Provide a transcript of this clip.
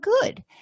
good